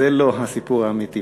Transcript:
זה לא הסיפור האמיתי.